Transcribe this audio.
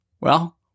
Well-